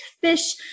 fish